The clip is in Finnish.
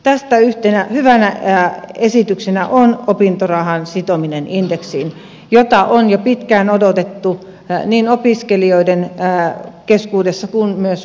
tästä yhtenä hyvänä esityksenä on opintorahan sitominen indeksiin jota on jo pitkään odotettu niin opiskelijoiden keskuudessa kuin myös muuallakin